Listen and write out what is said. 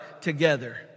together